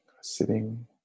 sitting